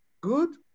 good